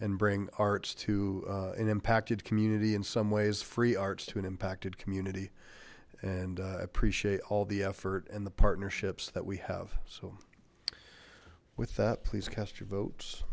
and bring arts to an impacted community in some ways free arts to an impacted community and appreciate all the effort and the partnerships that we have so with that please cast your vote